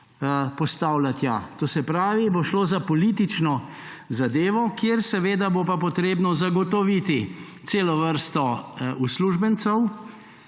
postavlja tja. To se pravi, bo šlo za politično zadevo, kjer seveda bo pa potrebno zagotoviti celo vrsto uslužbencev.